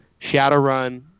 Shadowrun